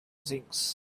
things